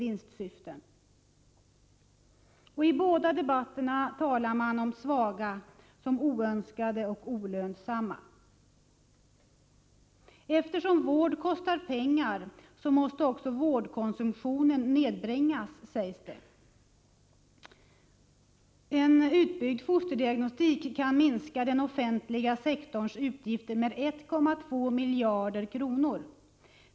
I båda debatterna talar man om de svaga som oönskade och olönsamma. Det sägs att eftersom vård kostar pengar, måste ”vårdkonsumtionen” nedbringas. En utbyggd fosterdiagnostik kan minska den offentliga sektorns utgifter med 1,2 miljarder kronor.